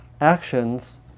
actions